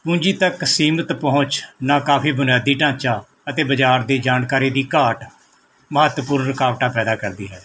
ਪੂੰਜੀ ਤੱਕ ਸੀਮਤ ਪਹੁੰਚ ਨਾ ਕਾਫੀ ਬੁਨਿਆਦੀ ਢਾਂਚਾ ਅਤੇ ਬਜ਼ਾਰ ਦੀ ਜਾਣਕਾਰੀ ਦੀ ਘਾਟ ਮਹੱਤਵਪੂਰਨ ਰੁਕਾਵਟ ਪੈਦਾ ਕਰਦੀ ਹੈ